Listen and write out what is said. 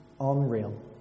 unreal